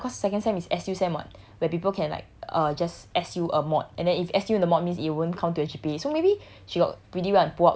but second sem don't know lah cause second sem is S_U sem [what] where people can like err just S_U a mod and then if S_U in the mod means it won't count to a G_P_A so maybe